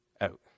out